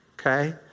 okay